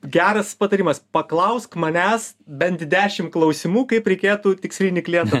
geras patarimas paklausk manęs bent dešim klausimų kaip reikėtų tikslinį klientą